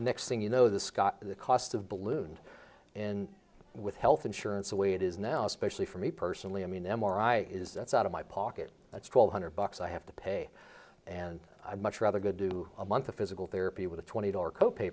the next thing you know this got the cost of ballooned in with health insurance the way it is now especially for me personally i mean m r i is that's out of my pocket that's twelve hundred bucks i have to pay and i much rather good do a month of physical therapy with a twenty dollar co